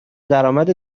درآمد